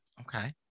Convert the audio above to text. Okay